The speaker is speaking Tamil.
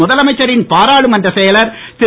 முதலமைச்சரின் பாராளுமன்ற செயலர் திரு